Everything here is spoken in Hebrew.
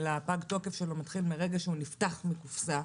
אלא פג התוקף שלו מתחיל מרגע שהוא נפתח מהקופסה,